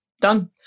done